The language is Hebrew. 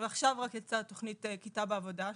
רק עכשיו יצאה תוכנית כיתה בעבודה,